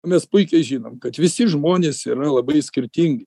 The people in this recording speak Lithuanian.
mes puikiai žinom kad visi žmonės yra labai skirtingi